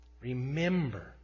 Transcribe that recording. Remember